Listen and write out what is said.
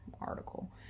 article